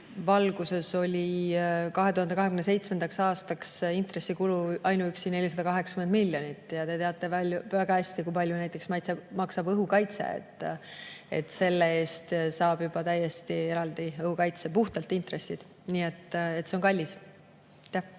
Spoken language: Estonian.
valguses 2027. aastaks ainuüksi intressikuluks 480 miljonit. Te teate väga hästi, kui palju näiteks maksab õhukaitse. Selle eest saab juba täiesti eraldi õhukaitse – puhtalt intressidest. Nii et see on kallis. Kalle